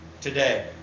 today